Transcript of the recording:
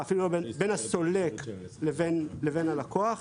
בין הסולק לבין הלקוח.